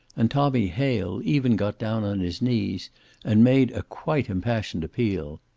and tommy hale even got down on his knees and made a quite impassioned appeal.